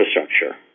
infrastructure